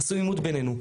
עשו עימות בינינו.